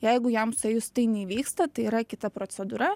jeigu jam suėjus tai neįvyksta tai yra kita procedūra